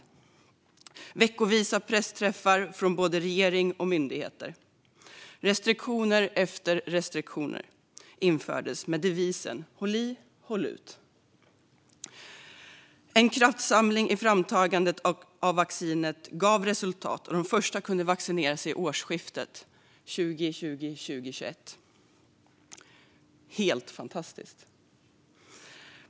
Det har varit veckovisa pressträffar med både regering och myndigheter. Restriktioner efter restriktioner infördes med devisen: Håll i och håll ut. En kraftsamling i framtagandet av vaccinet gav resultat, och de första kunde vaccinera sig vid årsskiftet 2020/21. Det är helt fantastiskt!